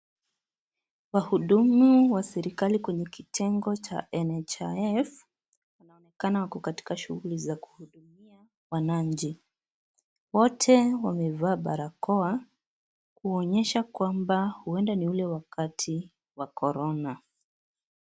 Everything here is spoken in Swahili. Wahudumu wa serikari kwenye kitengo cha NHIF, wanaonekana wako katika shughuli uponanji. Wote wamevaa barakoa, kuonyesha kwamba huenda kua ni ule wakati wa corona.